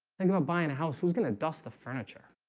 and gonna buy and a house who's gonna dust the furniture